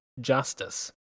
justice